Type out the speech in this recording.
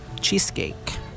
cheesecake